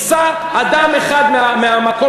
ייסע אדם אחד מהמקום,